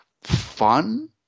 fun